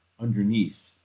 underneath